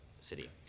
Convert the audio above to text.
city